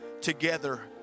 together